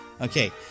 Okay